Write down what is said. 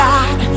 God